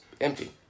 empty